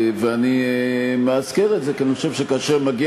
ואני מזכיר את זה כי אני חושב שכאשר מגיע